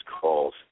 calls